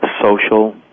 social